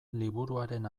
liburuaren